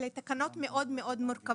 אלה תקנות מאוד מאוד מורכבות,